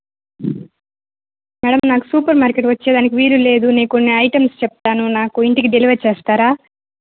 ma'am నాకు super market వచ్చేడానికి వీలులేదు నేను కొన్ని ఐటమ్స్ చెప్తాను నాకు ఇంటికి డెలివర్ చేస్తారా